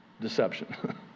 deception